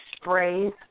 sprays